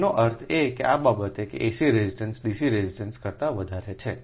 તેનો અર્થ એ કે આ બતાવે છે કે AC રેઝિસ્ટન્સ DC રેઝિસ્ટન્સ કરતા વધારે છે